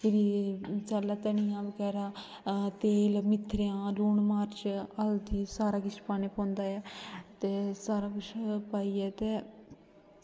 मसाला धनियां बगैरा तेल लून मर्च हल्दी सारा किश पौंदा ऐ ते सारा किश में पाइयै ते